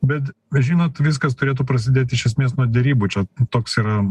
bet žinot viskas turėtų prasidėti iš esmės nuo derybų čia toks yra